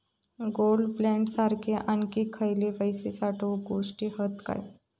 Gold bond सारखे आणखी खयले पैशे साठवूचे गोष्टी हत काय?